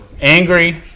angry